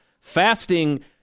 Fasting